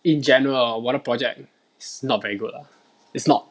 in general 我的 project is not very good lah it's not